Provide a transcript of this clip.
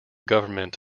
government